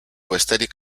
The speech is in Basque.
besterik